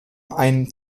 ein